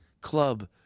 club